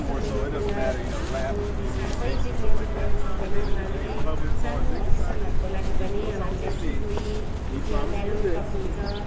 समयमा जाँदा अब सही ट्रिटमेन्ट चाहिँ पाउनु सक्दैन अब हामीले सानो अपरेसनहरूको लागि पनि अब हामीलाई सिलगडी या भेलोर पठाउँछ